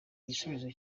igisubizo